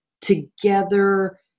together